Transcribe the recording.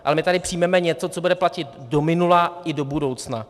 Ale my tady přijmeme něco, co bude platit do minula i do budoucna.